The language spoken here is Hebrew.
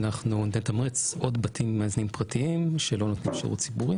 שאנחנו נתמרץ עוד בתים מאזנים פרטיים שלא נותנים שירות ציבורי